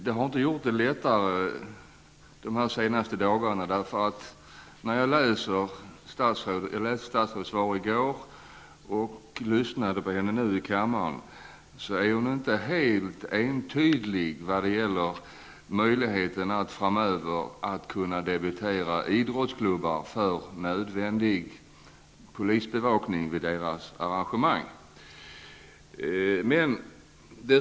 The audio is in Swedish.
De senaste dagarna har inte gjort det lättare för mig. Jag läste statsrådet svar i går och lyssnade nu till henne i kammaren. Statsrådet är inte helt entydig i vad gäller möjligheterna att framöver debitera idrottsklubbar för nödvändig polisbevakning vid deras arrangemang.